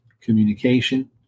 communication